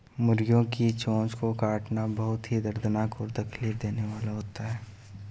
मुर्गियों की चोंच को काटना बहुत ही दर्दनाक और तकलीफ देने वाला होता है